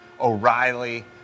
O'Reilly